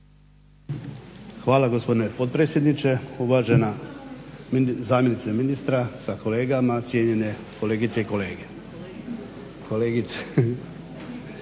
Hvala gospodine potpredsjedniče, uvažena zamjenice ministra sa kolegama, cijenjene kolegice i kolege.